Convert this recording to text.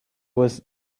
was